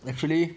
actually